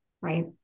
right